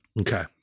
Okay